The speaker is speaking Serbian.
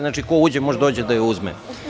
Znači, ko uđe, može da dođe da je uzme.